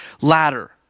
ladder